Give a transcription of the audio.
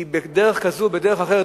בדרך כזו או אחרת,